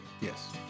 Yes